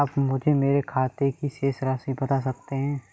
आप मुझे मेरे खाते की शेष राशि बता सकते हैं?